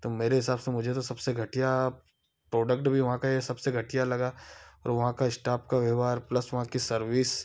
तो मेरे हिसाब से मुझे तो सबसे घटिया प्रोडक्ट भी वहाँ का यह सबसे घटिया लगा और वहाँ के स्टाफ का व्यवहार प्लस वहाँ की सर्विस